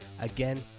Again